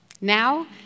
Now